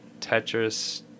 Tetris